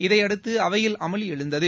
இதையடுத்து அவையில் அமளி எழுந்தது